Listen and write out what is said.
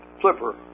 flipper